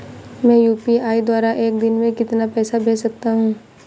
मैं यू.पी.आई द्वारा एक दिन में कितना पैसा भेज सकता हूँ?